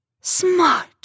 Smart